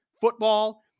football